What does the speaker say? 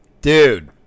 Dude